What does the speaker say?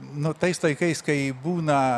nu tais laikais kai būna